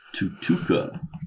tutuka